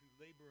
Labor